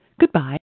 Goodbye